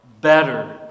better